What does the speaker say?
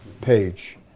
page